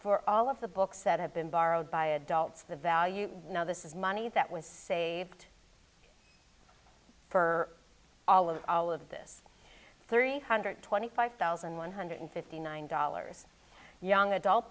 for all of the books that have been borrowed by adults the value now this is money that was saved for all of all of this three hundred twenty five thousand one hundred fifty nine dollars young adult